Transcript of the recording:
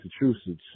Massachusetts